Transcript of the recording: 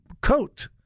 coat